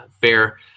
fair